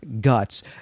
guts